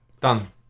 Done